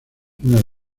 una